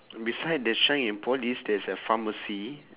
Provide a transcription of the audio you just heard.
beside the shine and polish there is a pharmacy